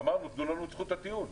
ואמרנו תנו לנו את זכות הטיעון.